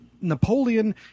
Napoleon